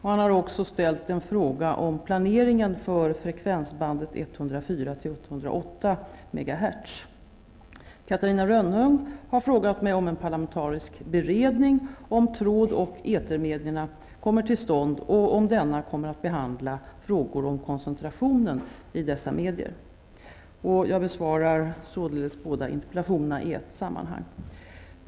Han har också ställt en fråga om planeringen för frekvensbandet 104--108 Catarina Rönnung har frågat mig om en parlamentarisk beredning om tråd och etermedierna kommer till stånd och om denna kommer att behandla frågor om koncentrationen i dessa medier. Jag besvarar båda interpellationerna i ett sammanhang.